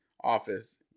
office